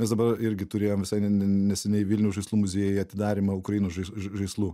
mes dabar irgi turėjom visai ne ne neseniai vilniaus žaislų muziejuje atidarymą ukrainos žai žaislų